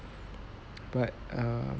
but err